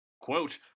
Quote